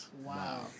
Wow